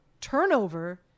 turnover